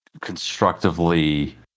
constructively